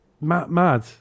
mad